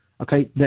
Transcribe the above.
Okay